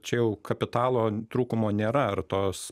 čia jau kapitalo trūkumo nėra ar tos